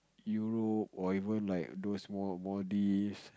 Europe or even like those more Maldives